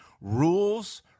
rules